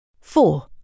Four